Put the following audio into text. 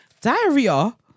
Diarrhea